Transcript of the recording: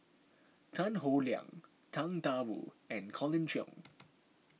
Tan Howe Liang Tang Da Wu and Colin Cheong